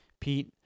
pete